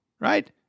right